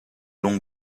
longs